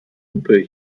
lupe